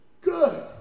Good